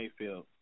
Mayfield